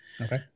Okay